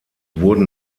wurden